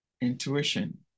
intuition